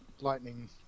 lightning